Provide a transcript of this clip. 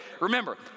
remember